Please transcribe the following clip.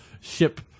ship